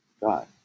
God